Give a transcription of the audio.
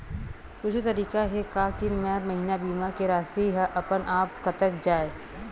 कुछु तरीका हे का कि हर महीना बीमा के राशि हा अपन आप कत जाय?